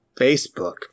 facebook